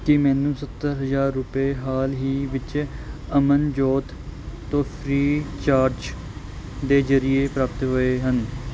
ਕੀ ਮੈਨੂੰ ਸੱਤਰ ਹਜ਼ਾਰ ਰੁਪਏ ਹਾਲ ਹੀ ਵਿੱਚ ਅਮਨਜੋਤ ਤੋਂ ਫ੍ਰੀਚਾਰਜ ਦੇ ਜ਼ਰੀਏ ਪ੍ਰਾਪਤ ਹੋਏ ਹਨ